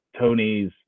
Tony's